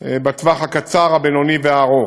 בטווח הקצר, הבינוני והארוך.